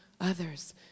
others